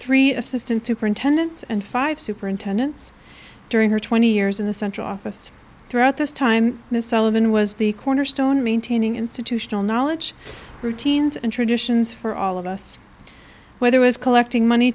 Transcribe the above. three assistant superintendent and five superintendents during her twenty years in the central office throughout this time miss ellen was the cornerstone of maintaining institutional knowledge routines and traditions for all of us whether was collecting money